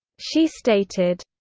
she stated,